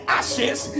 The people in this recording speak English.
ashes